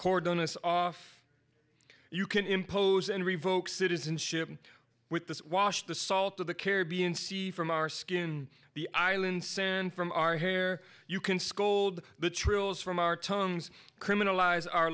cord on us off you can impose and revoke citizenship with this wash the salt of the caribbean sea from our skin the island sand from our hair you can scold the trills from our tongues criminalise our